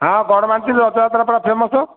ହଁ ବଡ଼ମାନ୍ତ୍ରୀ ରଥଯାତ୍ରା ପରା ଫେମସ୍